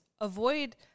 avoid